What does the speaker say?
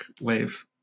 wave